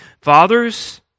fathers